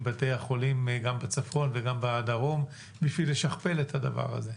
בתי החולים גם בצפון וגם בדרום בשביל לשכפל את הדבר הזה?